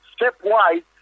stepwise